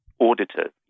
auditors